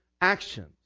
actions